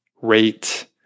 rate